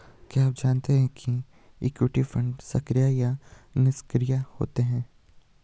क्या आप जानते है इक्विटी फंड्स सक्रिय या निष्क्रिय होते हैं?